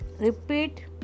Repeat